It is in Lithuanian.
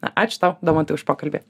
ačiū tau domantai už pokalbį